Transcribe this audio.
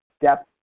depth